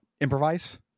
improvise